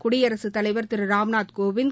குடியரசுத் தலைவர் திரு ராம்நாத்கோவிந்த்